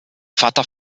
vater